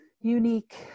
unique